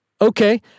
Okay